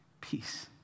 peace